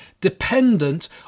dependent